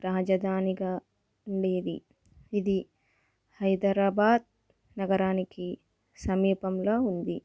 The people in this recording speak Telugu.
రాజధానిగా ఉండేది ఇది హైదరాబాద్ నగరానికి సమీపంలో ఉంది